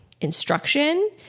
instruction